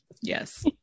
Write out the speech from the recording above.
yes